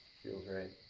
feels right.